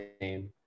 name